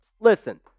listen